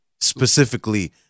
specifically